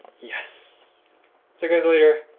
yes! see you guys later!